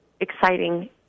exciting